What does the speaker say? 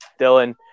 Dylan